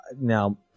now